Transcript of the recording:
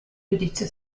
giudizio